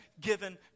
given